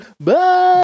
Bye